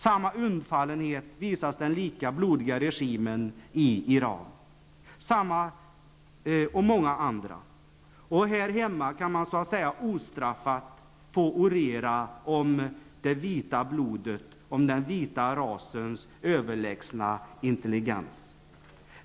Samma undfallenhet visas den lika blodiga regimen i Iran och många andra. Här hemma kan man så att säga ostraffat få orera om det vita blodet, om den vita rasens överlägsna intelligens.